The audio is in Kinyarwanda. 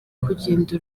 kugenda